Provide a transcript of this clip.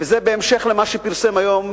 וזה בהמשך למה שפרסם היום